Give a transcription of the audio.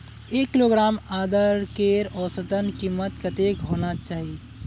एक किलोग्राम अदरकेर औसतन कीमत कतेक होना चही?